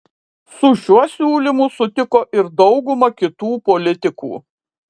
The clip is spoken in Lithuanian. su šiuo siūlymu sutiko ir dauguma kitų politikų